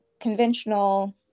conventional